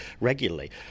regularly